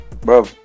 bro